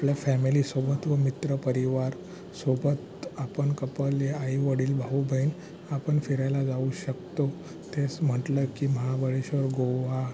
आपल्या फॅमिलीसोबत व मित्रपरिवारसोबत आपण कपल या आईवडील भाऊबहीण आपण फिरायला जाऊ शकतो तेच म्हण्टलं की महाबळेश्वर गोवा